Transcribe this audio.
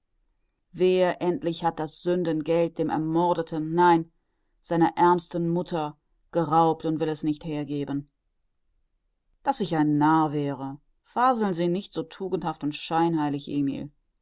wer endlich hat das sündengeld dem ermordeten nein seiner ärmsten mutter geraubt und will es nicht hergeben daß ich ein narr wäre faseln sie nicht so tugendhaft und scheinheilig emil